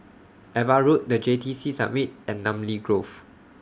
AVA Road The J T C Summit and Namly Grove